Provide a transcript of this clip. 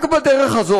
רק בדרך זו,